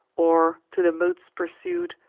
or, to the moats pursued,